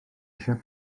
eisiau